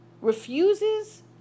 refuses